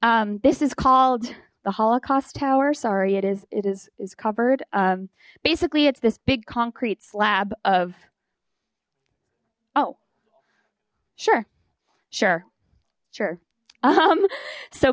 first this is called the holocaust tower sorry it is it is is covered basically it's this big concrete slab of oh sure sure sure